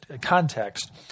context